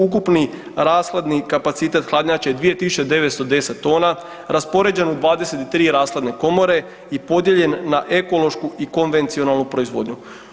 Ukupni rashladni kapacitet hladnjače je 2910 tona, raspoređen u 23 rashladne komore i podijeljen na ekološku i konvencionalnu proizvodnju.